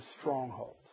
strongholds